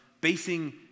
basing